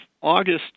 August